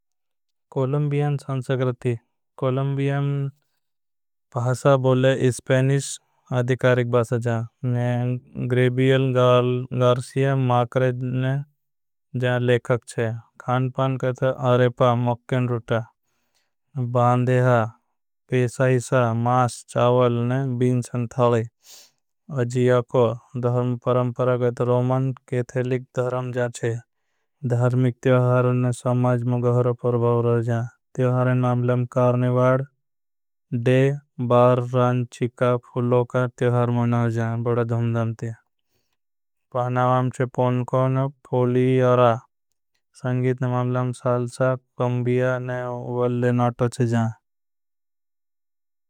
कोलम्बिया संसक्रति कोलम्बियान भासा बोले स्पेनिश। अधिकारिक भासा जाएं गार्सिया माकरेज जाएं जाएं लेखक। छें पान कहते हैं आरेपा मोक्केन रुटा बा न देहा पेशाईसा। मास चावल जाएं बींसन धलाई अजियाको धर्म परंपरा गयत। रोमन केथेलिक धर्म जाएं छें तियहारन समाज में गहर परभाव। रहा जाएं मांबलम कार्निवाड डे बार रांचिका फुलोका तियहार। मना रहा जाएं बड़ा धुमदम तें चे पौन कोन पोली यारा संगीत। मांबलम सालसा कंबिया ने वल्ले नाटो चे जाएं।